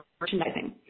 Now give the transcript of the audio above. merchandising